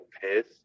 piss